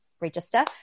register